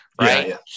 Right